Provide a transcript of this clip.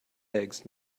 eggs